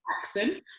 accent